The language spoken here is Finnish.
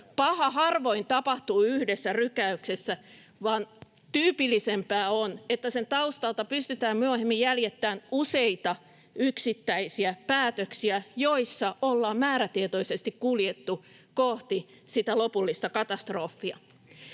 Paha harvoin tapahtuu yhdessä rykäyksessä, vaan tyypillisempää on, että sen taustalta pystytään myöhemmin jäljittämään useita yksittäisiä päätöksiä, joissa ollaan määrätietoisesti kuljettu kohti sitä lopullista katastrofia.